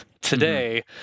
today